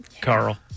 Carl